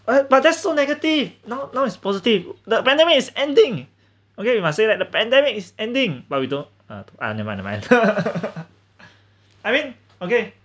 uh but that's so negative now now is positive the pandemic is ending okay you must say that the pandemic is ending but we don't um uh nevermind nevermind I mean okay